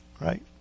right